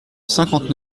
cinquante